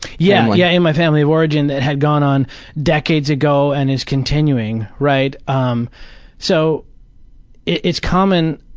yeah yeah. in my family of origin that had gone on decades ago and is continuing, right? um so it's common,